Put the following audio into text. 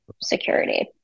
security